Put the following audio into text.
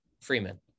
Freeman